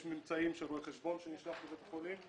יש ממצאים של רואה חשבון שנשלח לבית חולים.